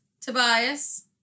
Tobias